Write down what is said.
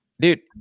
dude